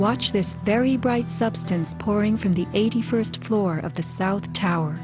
watch this very bright substance pouring from the eighty first floor of the south tower